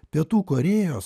pietų korėjos